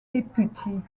deputy